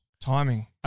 Timing